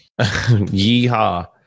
Yeehaw